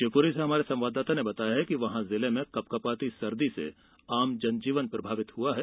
शिवपुरी से हमारे संवाददाता ने बताया है कि जिले में कपकपाती सर्दी से आम जन जीवन प्रभावित हुआ है